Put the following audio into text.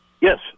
Yes